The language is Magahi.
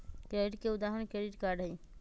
क्रेडिट के उदाहरण क्रेडिट कार्ड हई